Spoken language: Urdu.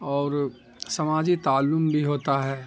اور سماجی تعلم بھی ہوتا ہے